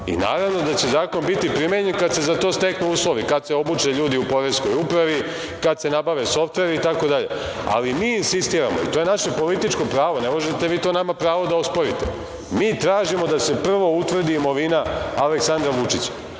i naravno da će zakon biti primenjen kada se za to steknu uslovi, kada se obuče ljudi u Poreskoj upravi, kada se nabave softveri itd. Ali mi insistiramo, to je naše političko pravo, ne možete vi to nama pravo da osporite, mi tražimo da se prvo utvrdi imovina Aleksandra Vučića,